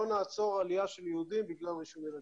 לא נעצור עלייה של יהודים בגלל רישום ילד.